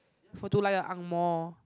for to like a angmoh